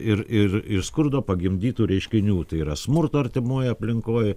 ir ir ir skurdo pagimdytų reiškinių tai yra smurto artimoj aplinkoj